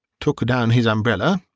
took down his umbrella,